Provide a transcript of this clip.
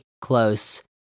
close